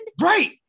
Right